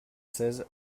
seize